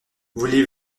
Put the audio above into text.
voulez